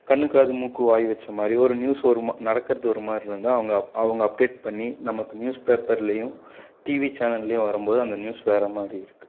கண்ணு காது மூக்கு வாய் வச்ச மாதிரி ஒரு நியூஸ் ஒரு மா நடக்கிறது ஒரு மாதிரி இருந்தால் அவங்க அப் அவங்க அப்டேட் பண்ணி நமக்கு நியூஸ் பேப்பர்லேயும் டிவி சேனல்லேயும் வரும் போது அந்த நியூஸ் வேறு மாதிரி இருக்குது